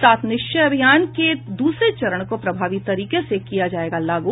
सात निश्चय अभियान के दूसरे चरण को प्रभावी तरीके से किया जायेगा लागू